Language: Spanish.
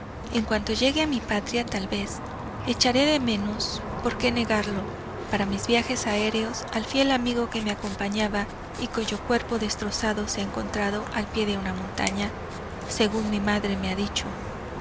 en cuanto llegue a mi patria tal vez echaré de menos por qué negarlo para mis viajes aéreos al fiel amigo que me acompañaba y cuyo cuerpo destrozado se ha encontrado al pie de una montaña según mi madre me ha dicho